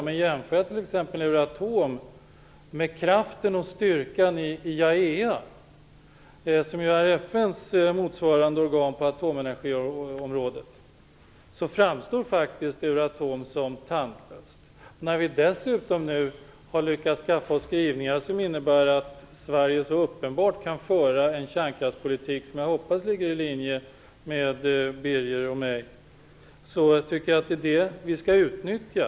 Men om jag jämför Euratom med kraften och styrkan hos IAEA, FN:s motsvarande organ på atomenergiområdet, framstår Euratom som tandlöst. Nu har vi dessutom lyckats skaffa oss skrivningar som innebär att Sverige uppenbart kan föra en kärnkraftspolitik som jag hoppas ligger i linje med vad Birger Schlaug och jag anser. Det tycker jag att vi skall utnyttja.